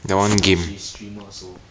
she is she is streamer so